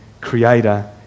creator